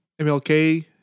MLK